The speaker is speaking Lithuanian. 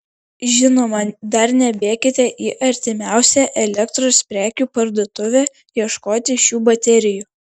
žinoma dar nebėkite į artimiausią elektros prekių parduotuvę ieškoti šių baterijų